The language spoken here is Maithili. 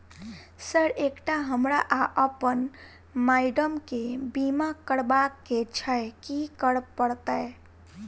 सर एकटा हमरा आ अप्पन माइडम केँ बीमा करबाक केँ छैय की करऽ परतै?